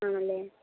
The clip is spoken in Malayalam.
ആണല്ലേ